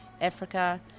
Africa